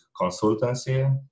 consultancy